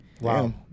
Wow